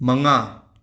ꯃꯉꯥ